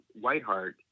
Whiteheart